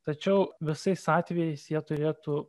tačiau visais atvejais jie turėtų